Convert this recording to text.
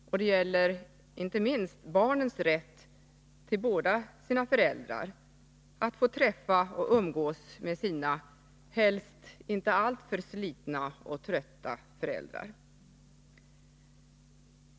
Och det gäller inte minst barnens rätt till båda sina föräldrar, att få träffa och umgås med sina, helst inte alltför slitna och trötta föräldrar.